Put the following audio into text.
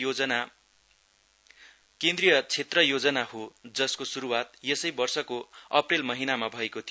यो केन्द्रिय क्षेत्र योजना हो जसको शुरुवात यसै वर्षको अप्रेल महिनामा भएको थियो